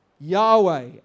Yahweh